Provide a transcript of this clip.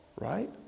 right